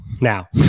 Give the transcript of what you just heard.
now